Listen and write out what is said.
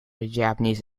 japanese